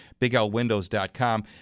biglwindows.com